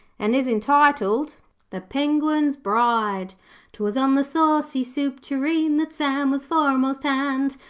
and is entitled the penguin's bride twas on the saucy soup tureen, that sam was foremast hand,